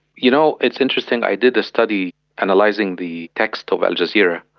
you know, it's interesting, i did a study analysing the text of al jazeera,